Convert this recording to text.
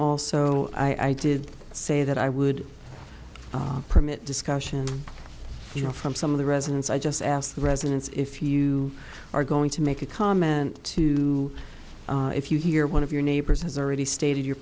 also i did say that i would permit discussion you know from some of the residents i just asked the residents if you are going to make a comment to if you hear one of your neighbors has already stated your